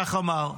כך אמר.